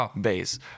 bass